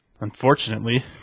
Unfortunately